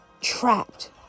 trapped